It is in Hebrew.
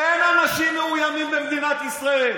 אין אנשים מאוימים במדינת ישראל.